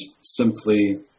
simply